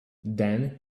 then